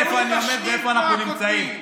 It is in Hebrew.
אין פוטנציאל בקואליציה הזו.